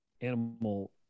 animal